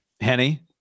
Henny